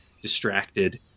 distracted